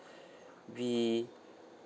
we